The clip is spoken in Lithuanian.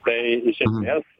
tai iš esmės